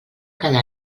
cada